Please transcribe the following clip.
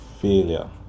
failure